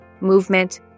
movement